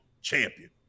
champion